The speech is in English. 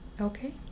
Okay